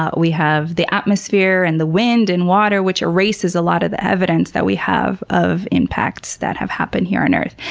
ah we have the atmosphere, and the wind, and water which erases a lot of the evidence that we have of impacts that have happened here on earth.